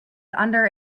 under